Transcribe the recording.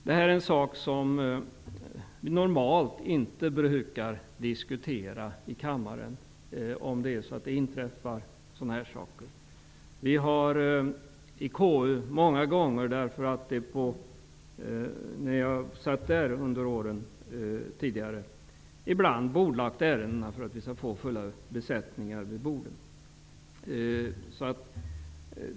Det här är saker som vi normalt inte brukar diskutera i kammaren. I KU, där jag satt tidigare, bordlade vi många gånger ärenden för att vi skulle få full besättning vid bordet.